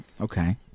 okay